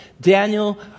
Daniel